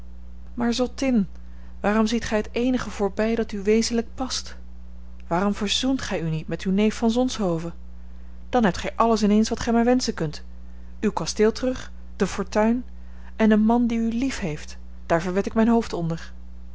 maar zottin waarom ziet gij het eenige voorbij dat u wezenlijk past waarom verzoent gij u niet met uw neef van zonshoven dan hebt gij alles ineens wat gij maar wenschen kunt uw kasteel terug de fortuin en een man die u liefheeft daar verwed ik mijn hoofd onder